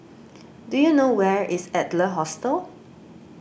do you know where is Adler Hostel